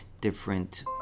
different